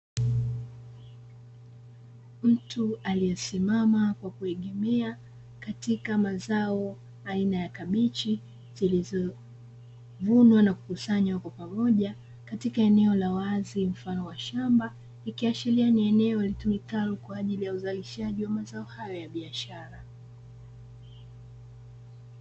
Mtu aliye simama kwa kuegemea katika mazao aina ya kabichi zilizo vunwa na kukusanywa pamoja katika eneo la wazi mfano wa shamba, ikiashiria ni eneo litumikalo kwaajili ya uzalishaji wa mazao hayo ya biashara.